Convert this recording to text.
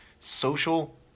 social